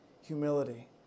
humility